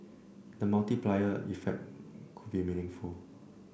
the multiplier impact could be meaningful